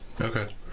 okay